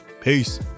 Peace